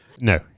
No